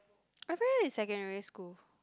I read it secondary school